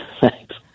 Thanks